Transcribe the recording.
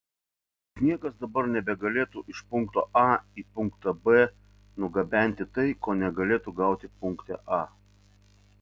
juk niekas dabar nebegalėtų iš punkto a į punktą b nugabenti tai ko negalėtų gauti punkte a